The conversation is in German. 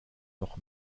noch